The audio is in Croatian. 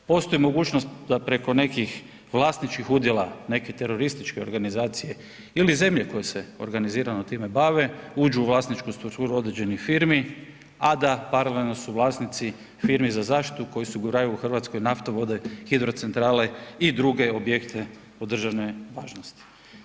Postoji mogućnost da preko nekih vlasničkih udjela neke terorističke organizacije ili zemlje koje se organizirano time bave, uđu u vlasničku strukturu određenih firmi, a da paralelno su vlasnici firmi za zaštitu koji osiguravaju u Hrvatskoj naftovode, hidrocentrale i druge objekte od državne važnosti.